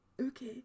Okay